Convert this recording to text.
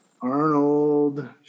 Arnold